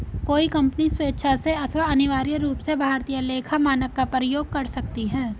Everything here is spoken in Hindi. कोई कंपनी स्वेक्षा से अथवा अनिवार्य रूप से भारतीय लेखा मानक का प्रयोग कर सकती है